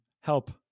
help